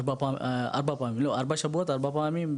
ארבע פעמים,